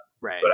Right